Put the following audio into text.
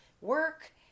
Work